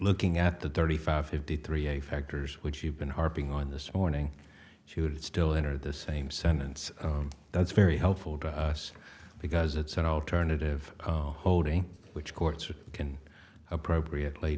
looking at the thirty five fifty three a factors which you've been harping on this morning she would still enter the same sentence that's very helpful to us because it's an alternative holding which courts are can appropriately